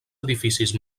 edificis